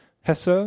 Hesse